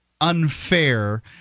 unfair